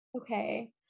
okay